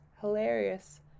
hilarious